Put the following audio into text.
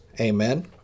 Amen